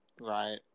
Right